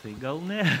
tai gal ne